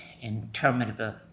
interminable